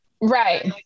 Right